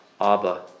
Abba